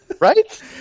right